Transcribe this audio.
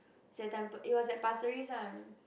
say every Tampines~ it was at Pasir-Ris ah